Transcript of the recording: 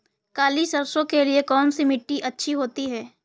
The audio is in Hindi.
काली सरसो के लिए कौन सी मिट्टी अच्छी होती है?